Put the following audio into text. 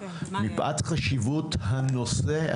מפאת חשיבות הנושא,